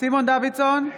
סימון דוידסון,